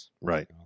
Right